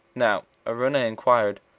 now araunah inquired,